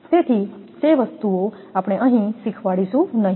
તેથી તે વસ્તુઓ આપણે અહીં શીખવાડીશું નહીં